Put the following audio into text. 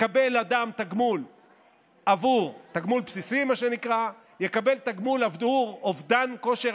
יקבל אדם תגמול בסיסי עבור אובדן כושר